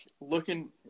looking